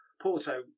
Porto